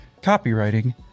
copywriting